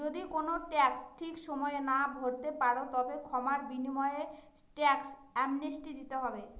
যদি কোনো ট্যাক্স ঠিক সময়ে না ভরতে পারো, তবে ক্ষমার বিনিময়ে ট্যাক্স অ্যামনেস্টি দিতে হয়